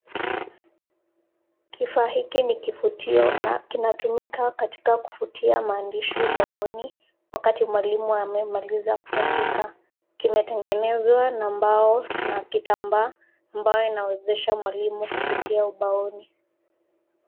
Kifaa hiki ni kifutio na kinatumika katika kufutia maandishi ubaoni, wakati mwalimu amemaliza kuandika, kimetengenezwa na mbao na kitambaa ambayo inaonyesha mwalimu kufutia ubaoni.